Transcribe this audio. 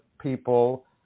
people